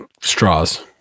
straws